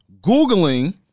Googling